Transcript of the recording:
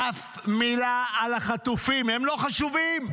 אף מילה על החטופים, הם לא חשובים.